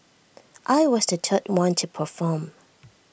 I was the third one to perform